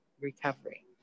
recovery